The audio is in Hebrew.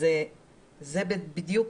זה בדיוק,